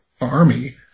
army